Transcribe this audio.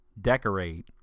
Decorate